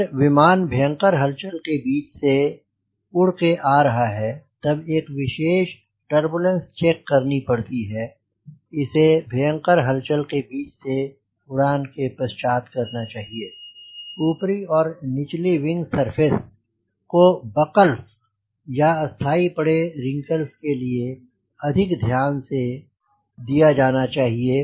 अगर विमान भयंकर हलचल के बीच में से उड़ के आ रहा है तब एक विशेष टर्बूलेंस चेक करनी पड़ती है इसे भयंकर हलचल के बीच में से उड़ान के पश्चात करना चाहिए ऊपरी और निचली विंग सरफेस को बकल्स या स्थाई पड़े रिंकल्स के लिए अधिक ध्यान दिया जाना चाहिए